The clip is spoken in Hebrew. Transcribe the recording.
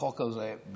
שהחוק הזה בעצם